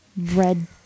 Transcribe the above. red